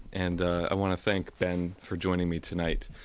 and i want to thank ben for joining me tonight.